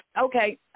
Okay